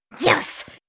Yes